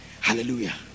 hallelujah